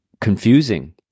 confusing